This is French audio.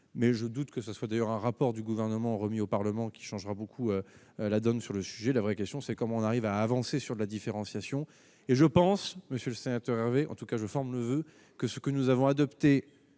mais je doute que ce soit d'ailleurs, un rapport du gouvernement remis au Parlement qui changera beaucoup la donne sur le sujet, la vraie question, c'est comment on arrive à avancer sur la différenciation et je pense, monsieur le sénateur Hervé en tout cas je forme le voeu que ce que nous avons adoptée